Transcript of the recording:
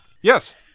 Yes